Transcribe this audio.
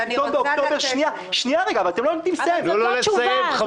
שפתאום באוקטובר --- אז אני רוצה לתת תשובה.